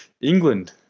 England